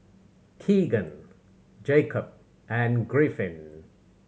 Keegan Jacob and Griffin